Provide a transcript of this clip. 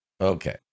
Okay